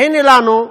והנה לנו,